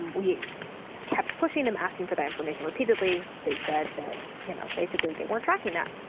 and we kept pushing them, asking for that information repeatedly. they said that you know basically, they weren't tracking that.